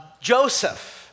Joseph